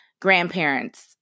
grandparents